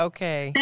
Okay